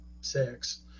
six